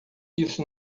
isso